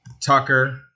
Tucker